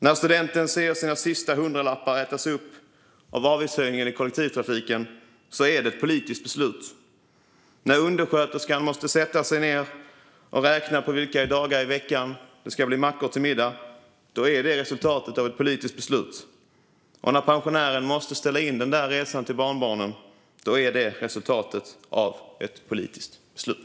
När studenten ser sina sista hundralappar ätas upp av avgiftshöjningen i kollektivtrafiken beror det på ett politiskt beslut. När undersköterskan måste sätta sig ned och räkna på vilka dagar i veckan det ska bli mackor till middag är det resultatet av ett politiskt beslut. Och när pensionären måste ställa in den där resan till barnbarnen är det resultatet av ett politiskt beslut.